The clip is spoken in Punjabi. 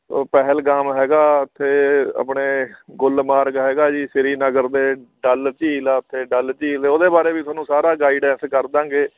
ਉਹ ਪਹਿਲਗਾਮ ਹੈਗਾ ਉੱਥੇ ਆਪਣੇ ਗੁੱਲਮਾਰਗ ਹੈਗਾ ਜੀ ਸ਼੍ਰੀਨਗਰ ਦੇ ਡੱਲ ਝੀਲ ਆ ਉੱਥੇ ਡੱਲ ਝੀਲ ਉਹਦੇ ਬਾਰੇ ਵੀ ਤੁਹਾਨੂੰ ਸਾਰਾ ਗਾਈਡੈਸ ਕਰ ਦਾਂਗੇ